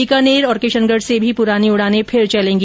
बीकानेर किशनगढ़ से भी पुरानी उड़ाने फिर चलेगी